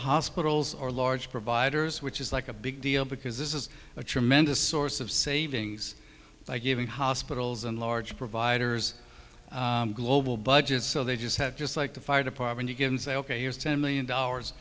hospitals or large providers which is like a big deal because this is a tremendous source of savings by giving hospitals and large providers global budgets so they just have just like the fire department again say ok here's ten million dollars